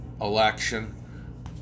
election